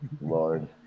Lord